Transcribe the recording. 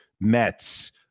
Mets